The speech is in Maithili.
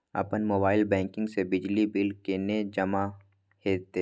अपन मोबाइल बैंकिंग से बिजली बिल केने जमा हेते?